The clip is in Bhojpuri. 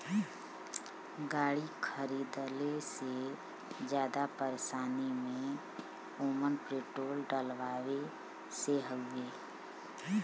गाड़ी खरीदले से जादा परेशानी में ओमन पेट्रोल डलवावे से हउवे